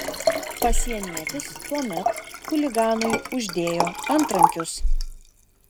pasienietis tuomet chuliganui uždėjo antrankius